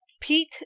Pete